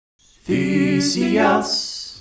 Theseus